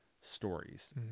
stories